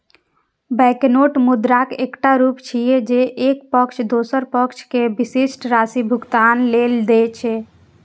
banknote मुद्राक एकटा रूप छियै, जे एक पक्ष दोसर पक्ष कें विशिष्ट राशि भुगतान लेल दै छै